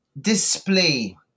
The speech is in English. display